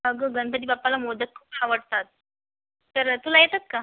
अगं गणपती बाप्पाला मोदक खूप आवडतात तर तुला येतात का